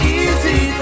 easy